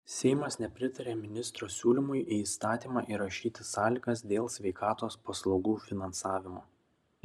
seimas nepritarė ministro siūlymui į įstatymą įrašyti sąlygas dėl sveikatos paslaugų finansavimo